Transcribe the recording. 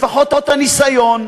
לפחות הניסיון,